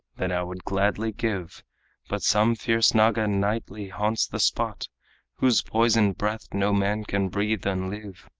that i would gladly give but some fierce naga nightly haunts the spot whose poisoned breath no man can breathe and live.